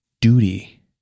duty